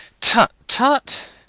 Tut-tut